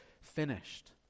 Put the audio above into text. finished